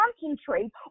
concentrate